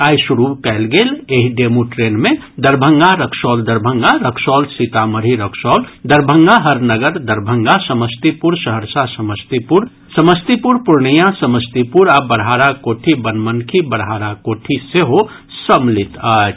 आइ शुरू कयल गेल एहि डेमू ट्रेन मे दरभंगा रक्सौल दरभंगा रक्सौल सीतामढ़ी रक्सौल दरभंगा हरनगर दरभंगा समस्तीपुर सहरसा समस्तीपुर समस्तीपुर पूर्णियां समस्तीपुर आ बड़हारा कोठी बनमनखी बड़हारा कोठी सेहो सम्मिलित अछि